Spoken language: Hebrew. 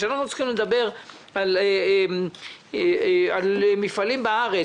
כשאנחנו צריכים לדבר על מפעלים בארץ,